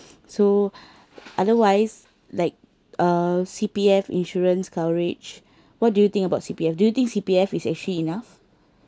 so otherwise like uh C_P_F insurance coverage what do you think about C_P_F do you think C_P_F is actually enough